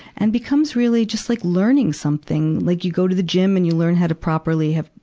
and becomes really, just like learning something, like you go to the gym and you learn how to properly have,